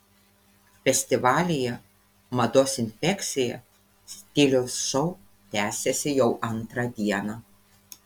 festivalyje mados infekcija stiliaus šou tęsiasi jau antrą dieną